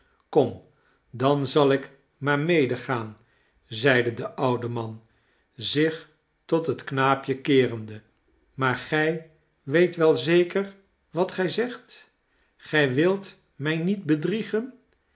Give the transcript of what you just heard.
kom dan zal ik maar medegaan zeide de oude man zich tot het knaapje keerende maar gij weet wel zeker wat gij zegt gij wilt mij niet bedriegen